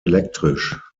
elektrisch